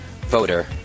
voter